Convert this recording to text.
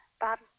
Bob